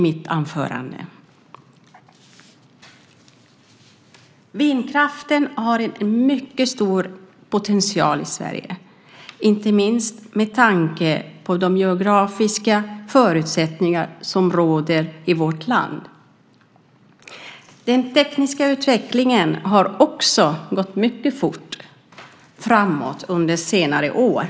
Vindkraften har en mycket stor potential i Sverige, inte minst med tanke på de geografiska förutsättningar som råder i vårt land. Den tekniska utvecklingen har också gått framåt mycket fort under senare år.